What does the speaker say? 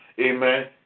Amen